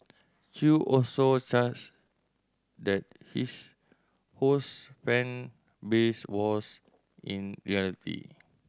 Chew also charged that his Ho's fan base was in reality